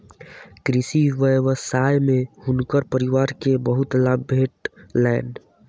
कृषि व्यवसाय में हुनकर परिवार के बहुत लाभ भेटलैन